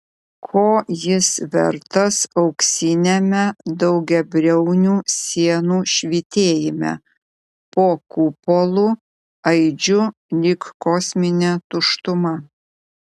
ko jis vertas auksiniame daugiabriaunių sienų švytėjime po kupolu aidžiu lyg kosminė tuštuma